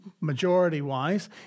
majority-wise